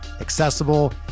accessible